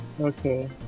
Okay